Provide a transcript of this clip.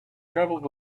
travelled